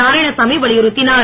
Narayanasamy வலியுறுத்தினுர்